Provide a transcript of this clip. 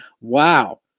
Wow